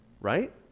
Right